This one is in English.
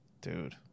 Dude